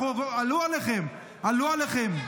עלו עליכם, עלו עליכם.